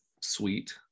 suite